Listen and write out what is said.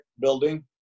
building